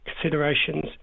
considerations